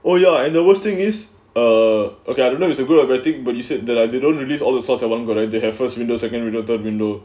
well ya and the worst thing is err okay I don't know is a group of betting but he said that as they don't release all sorts of one correct their first window second reloaded window